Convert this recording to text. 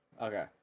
Okay